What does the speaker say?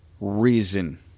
reason